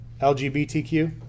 LGBTQ